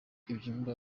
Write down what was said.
ibyumba